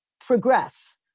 progress